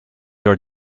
your